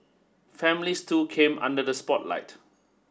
families too came under the spotlight